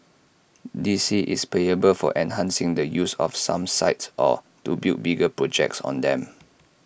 D C is payable for enhancing the use of some sites or to build bigger projects on them